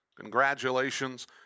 Congratulations